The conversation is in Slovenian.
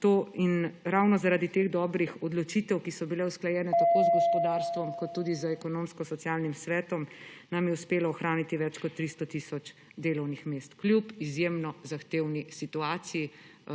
In ravno zaradi teh dobrih odločitev, ki so bile usklajene tako z gospodarstvom kot tudi z Ekonomsko-socialnim svetom, nam je uspelo ohraniti več kot 300 tisoč delovnih mest kljub izjemno zahtevni situaciji,